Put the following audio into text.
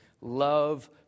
love